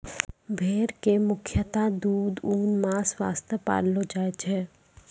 भेड़ कॅ मुख्यतः दूध, ऊन, मांस वास्तॅ पाललो जाय छै